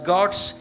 God's